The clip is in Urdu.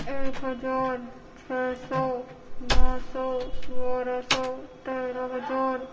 ایک ہزار چھ سو نو سو بارہ سو تیرہ ہزار